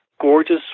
gorgeous